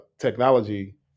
technology